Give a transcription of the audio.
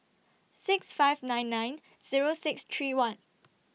six five nine nine Zero six three one